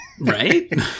Right